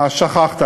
ה"שכחת".